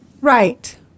Right